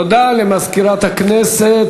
תודה למזכירת הכנסת.